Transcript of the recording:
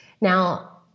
Now